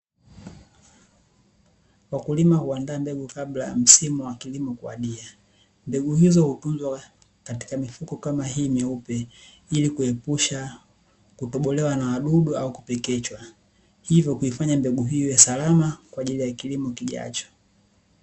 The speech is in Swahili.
Wakulima huandaa mbegu kabla ya msimu wa kilimo kuwadia. Mbegu hizo hutunzwa katika mifuko kama hii myeupe, ili kuepusha kutobolewa na wadudu au kupekechwa, hivyo kuifanya mbegu hiyo iwe salama kwa ajili ya kilimo kijacho.